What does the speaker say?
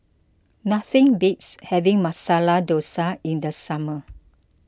nothing beats having Masala Dosa in the summer